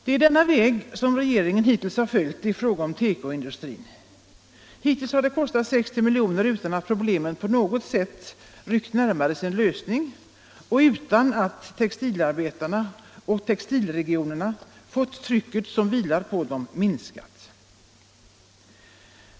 Det är denna väg regeringen följt i fråga om tekoindustrin. Hittills har det kostat 60 miljoner utan att problemen på något sätt ryckt närmare sin lösning och utan att textilarbetarna och textilregionerna fått trycket som vilar på dem minskat.